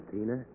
Tina